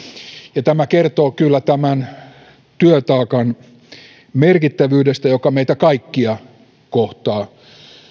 ja tämä kertoo kyllä tämän työtaakan merkittävyydestä joka meitä kaikkia kohtaa